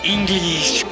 English